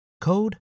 code